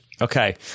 Okay